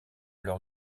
leur